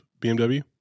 BMW